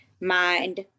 mind